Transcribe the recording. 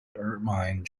ermine